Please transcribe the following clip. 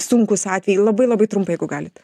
sunkūs atvejai labai labai trumpai jeigu galit